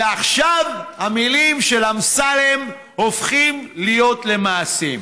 ועכשיו המילים של אמסלם הופכות להיות מעשים.